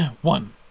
One